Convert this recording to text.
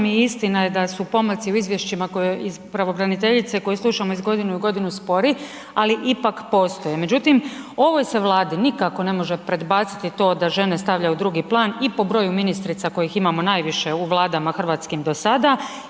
i istina je da su pomaci u izvješćima pravobraniteljice koje slušamo iz godine u godinu, spori, ali ipak postoje. Međutim, ovoj se Vladi nikako ne može predbaciti to da žene stavljaju u drugi plan i po broju ministrica kojih imamo najviše u Vladama hrvatskim do sada